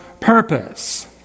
purpose